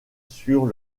sur